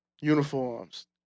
uniforms